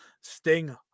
Sting